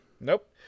Nope